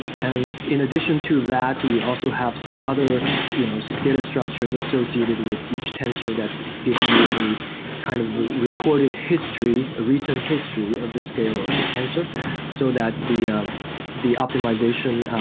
and in addition to that, we also have some other you know so data structures associated with each tensor that gives you a kind of recorded history, recent history of the scale of the tensor so that the um the optimization,